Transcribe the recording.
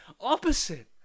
opposite